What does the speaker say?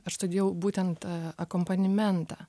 aš studijavau būtent a akompanimentą